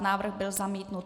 Návrh byl zamítnut.